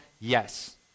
Yes